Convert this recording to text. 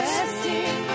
resting